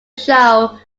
show